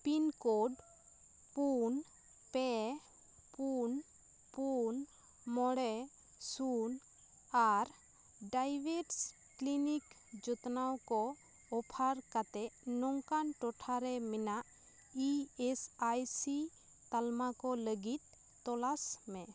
pin code ᱯᱩᱱ ᱯᱮ ᱯᱩᱱ ᱢᱚᱬᱮ ᱥᱩᱱ ᱟᱨ ᱰᱟᱭᱵᱮᱥ ᱠᱞᱤᱱᱤᱠ ᱡᱚᱛᱱᱟᱣ ᱠᱚ ᱚᱯᱷᱟᱨ ᱠᱟᱛᱮ ᱱᱚᱝᱠᱟᱱ ᱴᱚᱴᱷᱟᱨᱮ ᱢᱮᱱᱟᱜ ᱮ ᱮᱥ ᱟᱭ ᱥᱤ ᱛᱟᱞᱢᱟ ᱠᱚ ᱞᱟᱹᱜᱤᱫ ᱛᱚᱞᱟᱥ ᱢᱮ